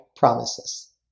promises